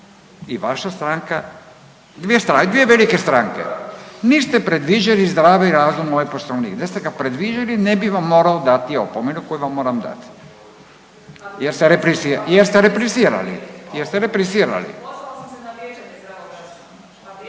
i vaša stranka, dvije velike stranke niste predviđeli zdravi razum u ovaj poslovnik, da ste ga predviđeli ne bi vam morao dati opomenu koju vam moram dat jer ste replicirali. …/Upadica se ne razumije./…